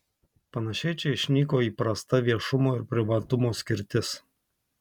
panašiai čia išnyko įprasta viešumo ir privatumo skirtis